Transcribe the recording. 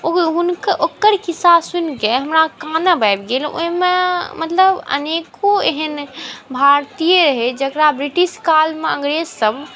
ओकर खिस्सा सुनिके हमरा कानब आबि गेल ओहिमे मतलब अनेको एहन भारतीय रहै जकरा ब्रिटिशकालमे अङ्गरेजसब